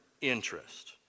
interest